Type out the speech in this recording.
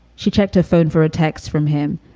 she checked her phone for a text from him,